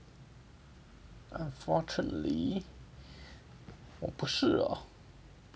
unfortunately 我不是 lor